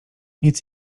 nic